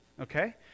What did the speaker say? Okay